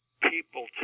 people